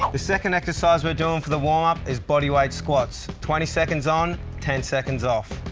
the second exercise we're doing for the warmup is body weight squats. twenty seconds on, ten seconds off.